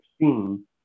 seen